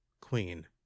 Queen